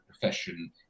profession